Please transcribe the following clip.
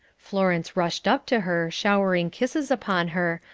florence rushed up to her, showering kisses upon her,